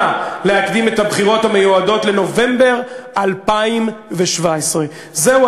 להקדים את הבחירות המיועדות לנובמבר 2017. זהו,